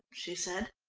she said,